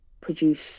produce